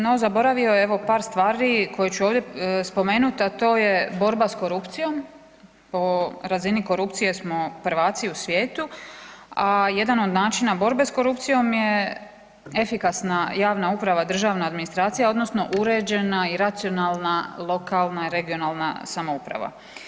No zaboravio je evo par stvari koje ću ovdje spomenuti, a to je borba s korupcijom, po razini korupcije smo prvaci u svijetu, a jedan od načina borbe s korupcijom je efikasna javna uprava, državna administracija odnosno uređena i racionalna lokalna i regionalna samouprava.